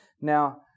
Now